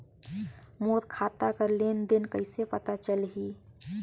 मोर खाता कर लेन देन कइसे पता चलही?